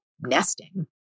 nesting